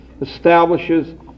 establishes